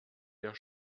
der